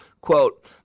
Quote